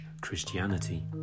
Christianity